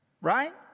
Right